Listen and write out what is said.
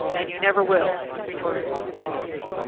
and you never will, retorted prickly porky.